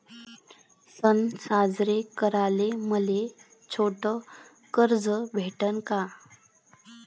सन साजरे कराले मले छोट कर्ज भेटन का?